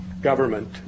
government